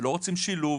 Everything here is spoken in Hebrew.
לא רוצים שילוב,